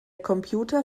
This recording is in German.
computer